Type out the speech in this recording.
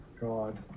God